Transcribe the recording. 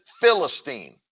Philistine